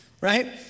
right